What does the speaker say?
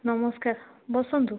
ନମସ୍କାର ବସନ୍ତୁ